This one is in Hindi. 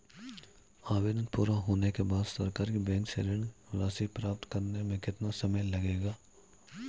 आवेदन पूरा होने के बाद सरकारी बैंक से ऋण राशि प्राप्त करने में कितना समय लगेगा?